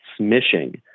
smishing